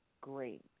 great